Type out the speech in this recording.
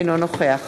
אינו נוכח